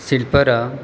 ଶିଳ୍ପର